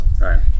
Right